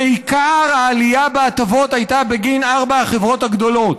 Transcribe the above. ועיקר העלייה בהטבות הייתה בגין ארבע החברות הגדולות,